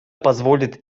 позволит